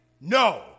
no